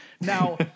Now